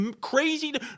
crazy